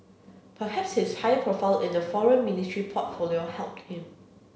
perhaps his higher profile in the Foreign Ministry portfolio helped him